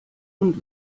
und